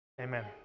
Amen